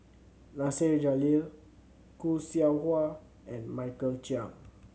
Nasir Jalil Khoo Seow Hwa and Michael Chiang